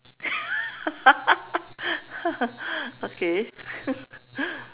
okay